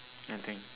nothing